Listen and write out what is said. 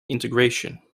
integration